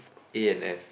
A and F